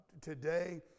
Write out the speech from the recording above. today